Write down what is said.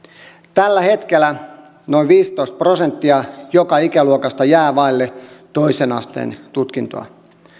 tällä hetkellä noin viisitoista prosenttia joka ikäluokasta jää vaille toisen asteen tutkintoa